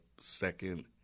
second